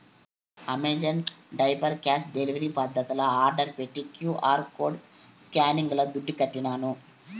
Amazon diaper cash delivery పద్దతిల order పెట్టి QR code స్కానింగ్ల దుడ్లుకట్టినాను